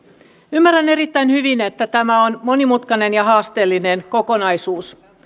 ymmärrän erittäin hyvin että tämä on monimutkainen ja haasteellinen kokonaisuus